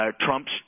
Trump's